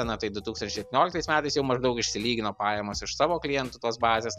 na tai du tūkstanč septynioliktais metais jau maždaug išsilygino pajamos iš savo klientų tos bazės